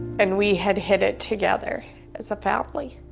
and we had hit it together as a family.